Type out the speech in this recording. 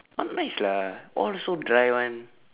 not nice lah all so dry [one]